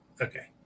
Okay